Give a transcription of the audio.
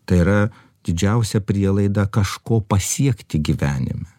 tai yra didžiausia prielaida kažko pasiekti gyvenime